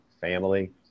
family